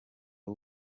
w’u